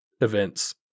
events